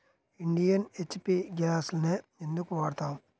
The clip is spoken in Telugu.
ఇండియన్, హెచ్.పీ గ్యాస్లనే ఎందుకు వాడతాము?